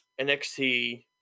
NXT